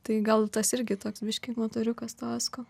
tai gal tas irgi toks biškį motoriukas to asko